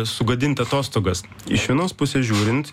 sugadint atostogas iš vienos pusės žiūrint